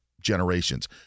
generations